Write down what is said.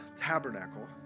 tabernacle